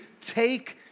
take